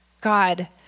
God